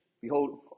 Behold